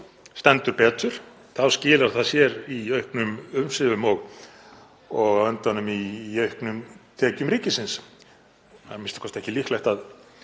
stendur betur þá skilar það sér í auknum umsvifum og á endanum í auknum tekjum ríkisins, a.m.k. er ekki líklegt að